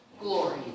glory